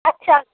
আচ্ছা